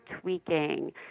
tweaking